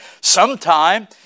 sometime